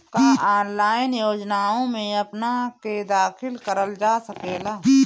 का ऑनलाइन योजनाओ में अपना के दाखिल करल जा सकेला?